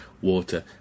water